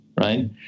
Right